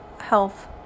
health